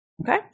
Okay